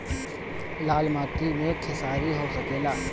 लाल माटी मे खेसारी हो सकेला?